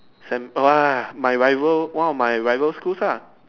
Sam !wah! my rival one of my rival schools ah